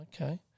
okay